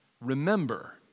Remember